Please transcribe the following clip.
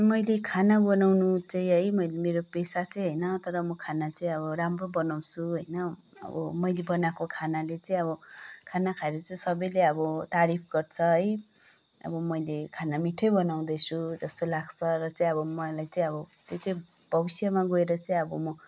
मैले खाना बनाउनु चाहिँ है मैले मेरो पेसा चाहिँ होइन तर म खाना चाहिँ अब राम्रो बनाउँछु होइन अब मैले बनाएको खानाले चाहिँ अब खाना खाएर चाहिँ सबैले अब तारीफ गर्छ है अब मैले खाना मीठै बनाउँदैछु जस्तो लाग्छ र चाहिँ अब मलाई चाहिं अब त्यो चाहिँ भविष्यमा गएर चाहिँ अब म